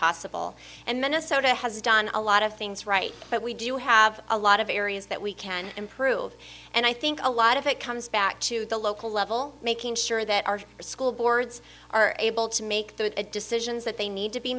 possible and minnesota has done a lot of things right but we do have a lot of areas that we can improve and i think a lot of it comes back to the local level making sure that our school boards are able to make the decisions that they need to be